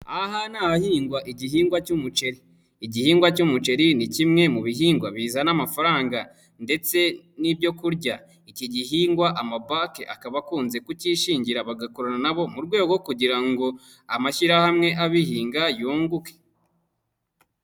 Aha ni ahahingwa igihingwa cy'umuceri, igihingwa cy'umuceri ni kimwe mu bihingwa bizana amafaranga ndetse n'ibyokurya, iki gihingwa amabanki akaba akunze kucyishingira bagakorana nabo, mu rwego kugira ngo amashyirahamwe abihinga yunguke.